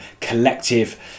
collective